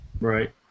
Right